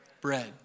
Bread